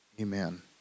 Amen